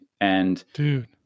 Dude